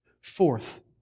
Fourth